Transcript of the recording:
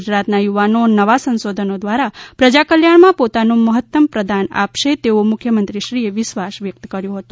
ગુજરાતના યુવાનો નવા સંશોધનો દ્વારા પ્રજાકલ્યાણમાં પોતાનું મહત્તમ પ્રદાન આપશે તેવો મુખ્યમંત્રીશ્રીએ વિશ્વાસ વ્યક્ત કર્યો હતો